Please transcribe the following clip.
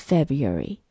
February